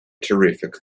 terrific